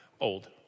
old